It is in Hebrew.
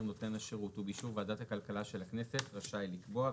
נותן השירות ובאישור ועדת הכלכלה של הכנסת רשאי לקבוע".